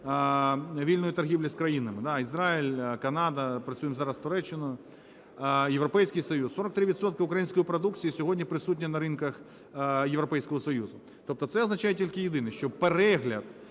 вільної торгівлі з країнами: Ізраїль, Канада, працюємо зараз з Туреччиною. Європейський Союз. 43 відсотки української продукції сьогодні присутні на ринках Європейського Союзу. Тобто це означає тільки єдине, що перегляд